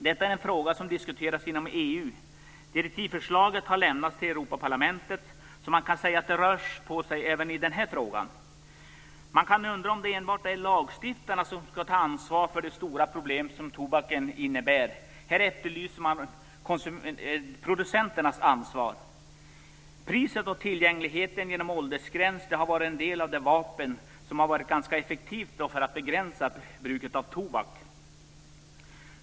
Detta är en fråga som diskuteras inom EU. Direktivförslaget har lämnats till Europaparlamentet. Man kan säga att det rör på sig även i denna fråga. Man kan undra om det enbart är lagstiftarna som skall ta ansvar för det stora problem som tobaken innebär. Här efterlyser man producenternas ansvar. Priset och tillgängligheten genom åldersgräns har varit en del av de vapen som har varit ganska effektiva för att begränsa bruket av tobak.